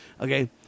Okay